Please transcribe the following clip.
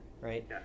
right